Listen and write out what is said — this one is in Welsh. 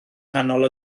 nghanol